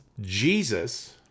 Jesus